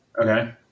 Okay